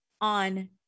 on